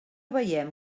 veiem